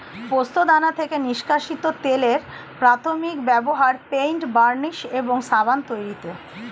পোস্তদানা থেকে নিষ্কাশিত তেলের প্রাথমিক ব্যবহার পেইন্ট, বার্নিশ এবং সাবান তৈরিতে